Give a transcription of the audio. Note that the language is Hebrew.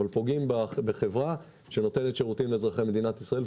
אבל פוגעים בחברה שנותנת שירותים לאזרחי מדינת ישראל.